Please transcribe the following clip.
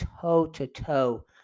toe-to-toe